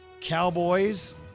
Cowboys